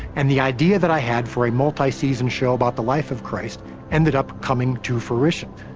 and the idea that i had for a multi season show about the life of christ ended up coming to fruition.